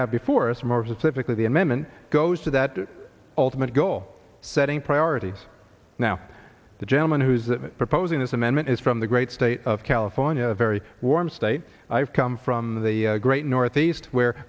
have before us emerges typically the amendment goes to that ultimate goal setting priorities now the gentleman who's proposing this amendment is from the great state of california a very warm state i've come from the great northeast where